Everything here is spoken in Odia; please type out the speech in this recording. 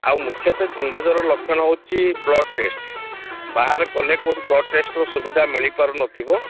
ଆଉ ମୁଖ୍ୟତଃ ଥଣ୍ଡା ଜ୍ଵରର ଲକ୍ଷଣ ହେଉଛି ବ୍ଲଡ଼୍ ଟେଷ୍ଟ୍ ବାହାରେ କଲେ କେଉଁଠି ବ୍ଲଡ଼୍ ଟେଷ୍ଟ୍ର ସୁବିଧା ମିଳିପାରୁନଥିବ